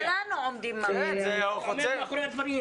כולנו עומדים מאחורי הדברים.